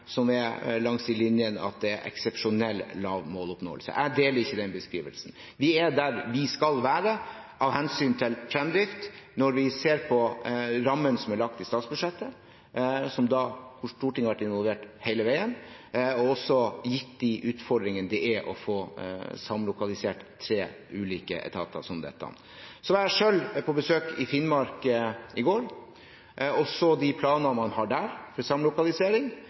er langs de linjene at det er «eksepsjonelt lav måloppnåelse». Jeg deler ikke den beskrivelsen. Vi er der vi skal være av hensyn til fremdrift når vi ser på rammene som er lagt i statsbudsjettet, hvor Stortinget har vært involvert hele veien, og også gitt de utfordringene det er å få samlokalisert tre ulike etater som dette. Jeg var selv på besøk i Finnmark i går og så de planene man har der for samlokalisering,